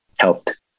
helped